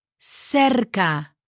Cerca